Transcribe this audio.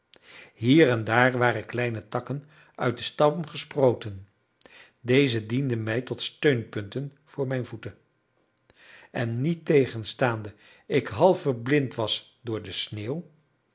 hier en daar waren kleine takken uit den stam gesproten deze dienden mij tot steunpunten voor mijn voeten en niettegenstaande ik half verblind was door de sneeuw